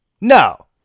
No